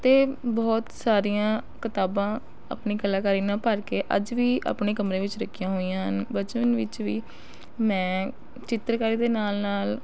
ਅਤੇ ਬਹੁਤ ਸਾਰੀਆਂ ਕਿਤਾਬਾਂ ਆਪਣੀ ਕਲਾਕਾਰੀ ਨਾਲ ਭਰ ਕੇ ਅੱਜ ਵੀ ਆਪਣੇ ਕਮਰੇ ਵਿੱਚ ਰੱਖੀਆਂ ਹੋਈਆਂ ਹਨ ਬਚਪਨ ਵਿੱਚ ਵੀ ਮੈਂ ਚਿੱਤਰਕਾਰੀ ਦੇ ਨਾਲ ਨਾਲ